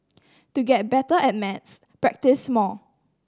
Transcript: to get better at maths practise more